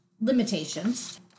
limitations